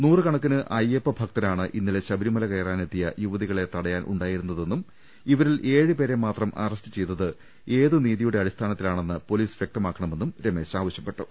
നൂറുകണക്കിന് അയ്യപ്പഭക്തരാണ് ഇന്നലെ ശബരിമല കയറാനെത്തിയ യുവതികളെ തടയാനുണ്ടാ യിരുന്നതെന്നും ഇവരിൽ ഏഴുപേരെ മാത്രം അറസ്റ്റ് ചെയ്തത് ഏതു നീതിയുടെ അടിസ്ഥാനത്തിലാണെന്ന് പോലീസ് വ്യക്തമാക്കണമെന്നും രമേശ് ആവശ്യപ്പെ ട്ടു